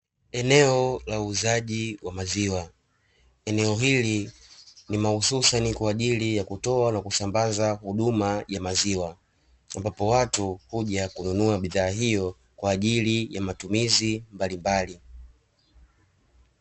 Eneo la uuzaji wa maziwa, eneo hili ni mahususani kwa ajili ya kutoa na kusambaza huduma ya maziwa, ambapo watu huja kununua bidhaa hiyo kwa ajili ya matumizi mbalimbali.